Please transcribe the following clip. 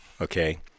okay